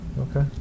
Okay